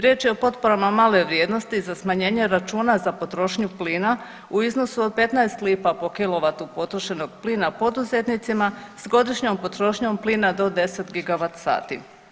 Riječ je o potporama male vrijednosti za smanjenje računa za potrošnju plina u iznosu od 15 lipa po kilovatu potrošenog plina poduzetnicima s godišnjom potrošnjom plina do 10 gigavat sati.